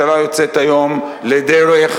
בסך הכול הממשלה יוצאת היום לדרך,